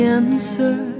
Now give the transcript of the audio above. answer